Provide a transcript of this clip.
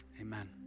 Amen